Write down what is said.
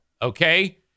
Okay